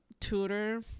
tutor